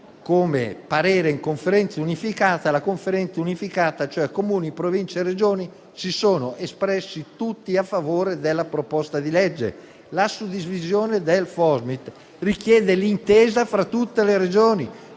come parere in Conferenza unificata e Comuni, Province e Regioni si sono espressi tutti a favore della proposta di legge. La suddivisione del Fosmit richiede l'intesa fra tutte le Regioni.